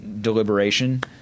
deliberation